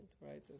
right